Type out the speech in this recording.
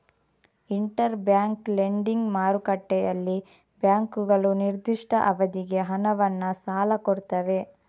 inter bank lending ಮಾರುಕಟ್ಟೆಯಲ್ಲಿ ಬ್ಯಾಂಕುಗಳು ನಿರ್ದಿಷ್ಟ ಅವಧಿಗೆ ಹಣವನ್ನ ಸಾಲ ಕೊಡ್ತವೆ